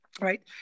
Right